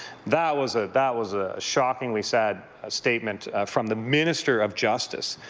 that was ah that was a shockingly sad statement from the minister of justice,